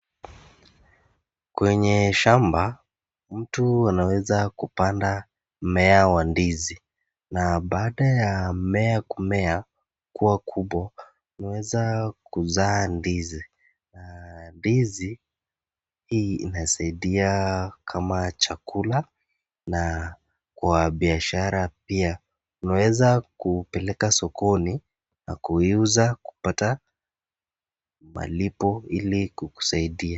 Kwenye shamba mtu anaweza kupanda mmea wa ndizi, na baada ya mmea kumea na kuweza kuzaa ndizi, ndizi hii inasaidia kama chakula na kwa biashara pia unaweza kupeleka sokoni na kuiuza na kupata malipo ili kukusaidia.